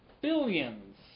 billions